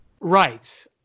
Right